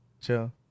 chill